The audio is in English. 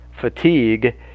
fatigue